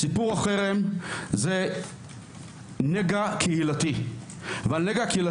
סיפור החרם זה נגע קהילתי והנגע,